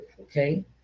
okay